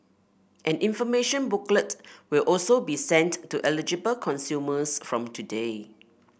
an information booklet will also be sent to eligible consumers from today